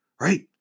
Right